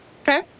Okay